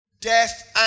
Death